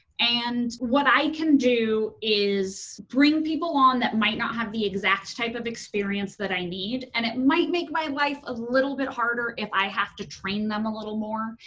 and what i can do is bring people on that might not have the exact type of experience that i need and it might make my life a little bit harder if i have to train them a little more,